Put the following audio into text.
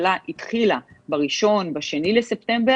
כולנו רואים שההתחלה התחילה ב-1 2 בספטמבר,